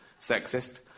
Sexist